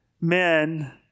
men